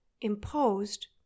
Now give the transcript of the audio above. Imposed